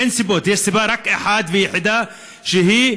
אין סיבות, יש רק סיבה אחת ויחידה, שהיא